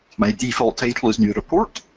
my default title is new report.